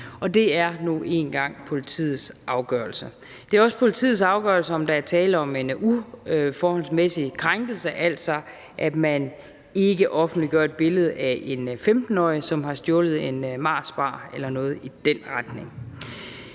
Det er nu engang politiets afgørelse. Det er også politiets afgørelse, om der er tale om en uforholdsmæssig krænkelse, at man altså ikke offentliggør et billede af en 15-årig, som har stjålet en Marsbar eller noget i den retning.